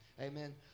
Amen